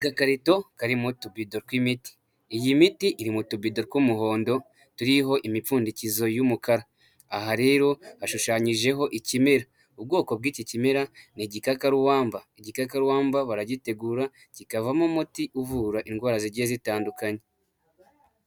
Agakarito karimo utubido tw'imiti. Iyi miti iri mu tubido tw'umuhondo, turiho imipfundikizo y'umukara. Aha rero hashushanyijeho ikimera. Ubwoko bw'iki kimera, ni igikakarubamba. Igikakarubamba baragitegura kikavamo umuti uvura indwara zigiye zitandukanye.